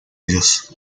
ellos